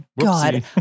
God